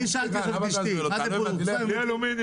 פודרה